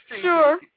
Sure